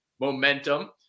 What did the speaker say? momentum